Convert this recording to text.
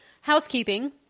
housekeeping